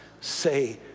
say